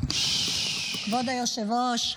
כבוד היושב-ראש,